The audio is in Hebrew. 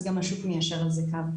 אז גם השוק מיישר עם זה קו.